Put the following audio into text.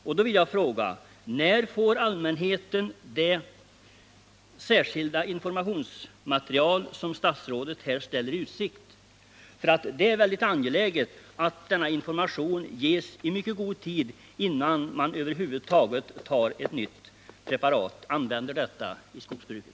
Jag vill då fråga: När får allmänheten det särskilda informationsmaterial som statsrådet här ställer i utsikt? Det är mycket angeläget att denna information ges i mycket god tid innan man över huvud taget börjar använda ett nytt preparat inom skogsbruket.